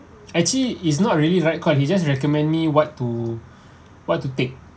actually it's not really right call he just recommend me what to what to take